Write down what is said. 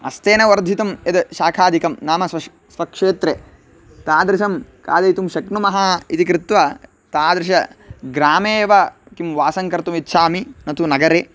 हस्तेन वर्धितं यद् शाकादिकं नाम स्वश् स्वक्षेत्रे तादृशं खादयितुं शक्नुमः इति कृत्वा तादृशग्रामे एव किं वासं कर्तुम् इच्छामि न तु नगरे